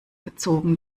gezogen